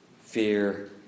fear